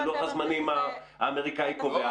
שלוח הזמנים האמריקנים קובע.